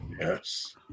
Yes